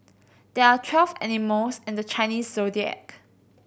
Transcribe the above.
there are twelve animals in the Chinese Zodiac